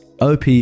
op